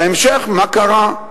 בהמשך, מה קרה?